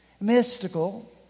mystical